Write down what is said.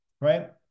right